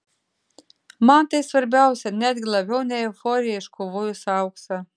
man tai svarbiausia netgi labiau nei euforija iškovojus auksą